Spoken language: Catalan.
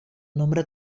nombre